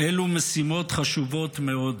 אלו משימות חשובות מאוד.